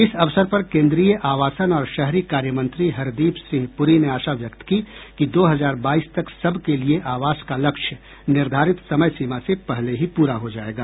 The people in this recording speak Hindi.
इस अवसर पर केन्द्रीय आवासन और शहरी कार्य मंत्री हरदीप सिंह पुरी ने आशा व्यक्त की कि दो हजार बाईस तक सबके लिए आवास का लक्ष्य निर्धारित समय सीमा से पहले ही पूरा हो जाएगा